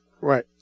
Right